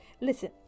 listen